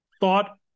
thought